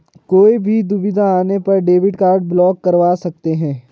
कोई भी दुविधा आने पर डेबिट कार्ड ब्लॉक करवा सकते है